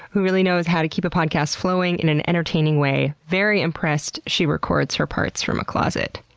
who really knows how to keep a podcast flowing in an entertaining way. very impressed she records her parts from a closet.